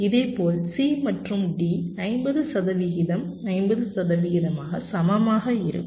இதேபோல் C மற்றும் D 50 சதவிகிதம் 50 சதவிகிதம் சமமாக இருக்கும்